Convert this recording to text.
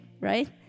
right